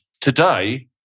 today